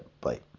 Bye